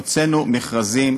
הוצאנו מכרזים,